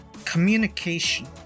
Communication